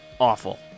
awful